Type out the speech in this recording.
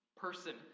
person